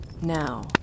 Now